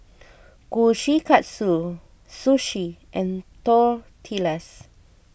Kushikatsu Sushi and Tortillas